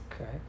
Okay